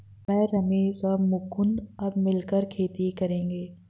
मैं, रमेश और मुकुंद अब मिलकर खेती करेंगे